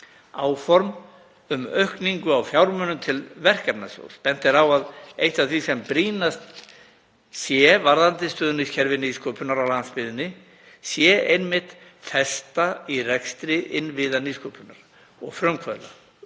áform um aukningu á fjármunum til verkefnasjóðs. Bent er á að eitt af því sem brýnast sé varðandi stuðningskerfi nýsköpunar á landsbyggðinni sé einmitt festa í rekstri innviða nýsköpunar og frumkvöðla